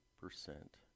percent